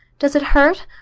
does it hurt?